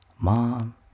mom